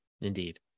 Indeed